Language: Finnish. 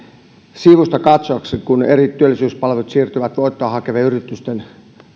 sivustakatsojaksi kun eri työllisyyspalvelut siirtyvät voittoa hakevien yritysten